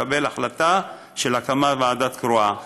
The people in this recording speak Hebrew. לקבל החלטה על הקמת ועדה קרואה.